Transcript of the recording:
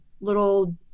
little